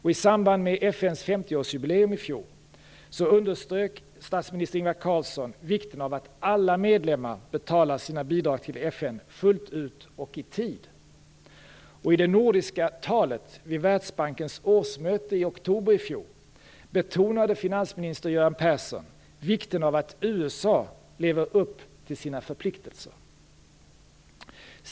I samband med FN:s 50-årsjubileum i fjol underströk statsminister Ingvar Carlsson vikten av att alla medlemmar betalar sina bidrag till FN fullt ut och i tid. I det nordiska talet vid Världsbankens årsmöte i oktober i fjol betonade finansminister Göran Persson vikten av att USA lever upp till sina förpliktelser.